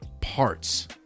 parts